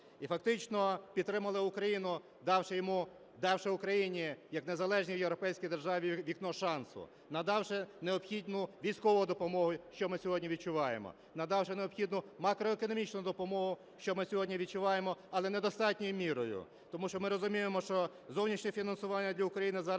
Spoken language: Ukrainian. і фактично підтримали Україну, давши Україні, як незалежній європейській державі, вікно шансу, надавши необхідну військову допомогу, що ми сьогодні відчуваємо, надавши необхідну макроекономічну допомогу, що ми сьогодні відчуваємо, але недостатньою мірою, тому що ми розуміємо, що зовнішнє фінансування для України зараз